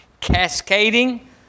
cascading